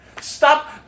Stop